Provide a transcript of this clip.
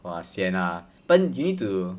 !wah! sian ah but you need to